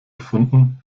erfunden